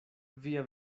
via